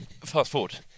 fast-forward